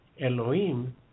Elohim